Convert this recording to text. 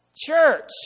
Church